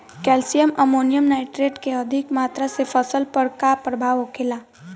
Calcium ammonium nitrate के अधिक मात्रा से फसल पर का प्रभाव होखेला?